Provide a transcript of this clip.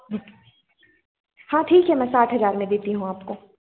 हाँ ठीक है मैं साठ हज़ार में देती हूं आपको